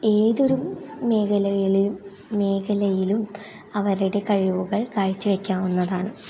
ഏതൊരു മേഘലകയിലു മേഘലയിലും അവരുടെ കഴിവുകൾ കാഴ്ചവെയ്ക്കാവുന്നതാണ്